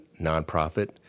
nonprofit